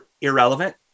Irrelevant